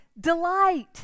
delight